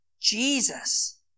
Jesus